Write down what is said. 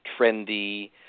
trendy